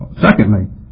Secondly